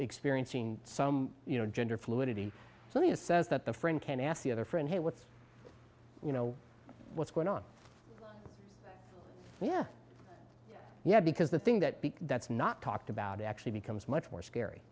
experiencing some you know gender fluidity so he says that the friend can ask the other friend what's you know what's going on yeah yeah because the thing that that's not talked about actually becomes much more scary